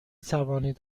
توانید